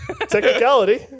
Technicality